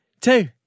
two